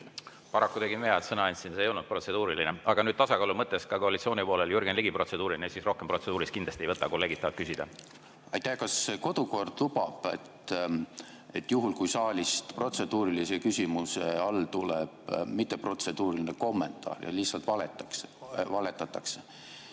Paraku tegin vea, et sõna andsin, see ei olnud protseduuriline. Aga nüüd tasakaalu mõttes ka koalitsiooni poolelt Jürgen Ligi, protseduuriline, aga siis rohkem protseduurilisi kindlasti ei võta, kolleegid tahavad küsida. Kas kodukord lubab, et juhul, kui saalist protseduurilise küsimuse all tuleb mitteprotseduuriline kommentaar ja lihtsalt valetatakse,